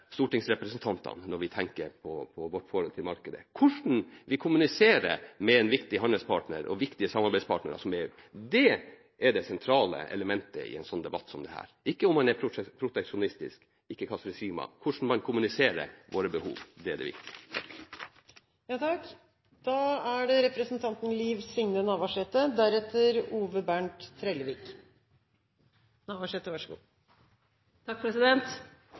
stortingsrepresentantene, når vi tenker på vårt forhold til markedet – hvordan vi kommuniserer med en viktig handelspartner og viktige samarbeidspartnere som EU. Det er det sentrale elementet i en slik debatt – ikke om man er proteksjonistisk, ikke hva slags regime man har. Hvordan vi kommuniserer våre behov, er det viktige. Det